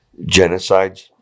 genocides